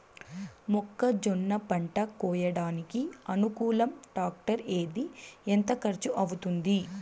మొక్కజొన్న పంట కోయడానికి అనుకూలం టాక్టర్ ఏది? ఎంత ఖర్చు అవుతుంది?